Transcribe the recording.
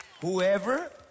Whoever